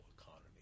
economy